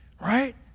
right